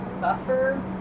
Buffer